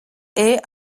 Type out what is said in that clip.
est